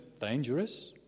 dangerous